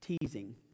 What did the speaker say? teasing